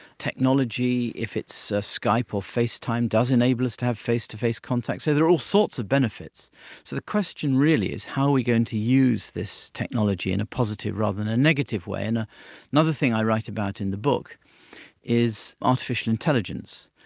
technology. if it's skype or facetime, does enable us to have face-to-face contact, so there are all sorts of benefits. so the question really is how are we going to use this technology in a positive rather than a negative way. and another thing i write about in the book is artificial intelligence.